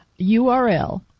URL